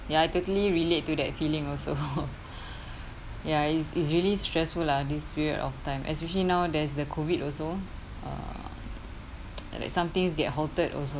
ya I totally relate to that feeling also ya it's it's really stressful lah this period of time especially now there's the COVID also uh like some things get halted also